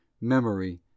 memory